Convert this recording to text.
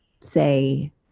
say